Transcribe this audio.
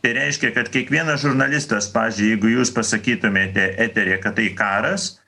tai reiškia kad kiekvienas žurnalistas pavyzdžiui jeigu jūs pasakytumėte eteryje kad tai karas